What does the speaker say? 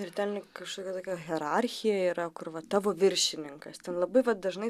ir ten lyg kažkokia tokia hierarchija yra kur va tavo viršininkas ten labai va dažnai